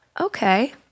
okay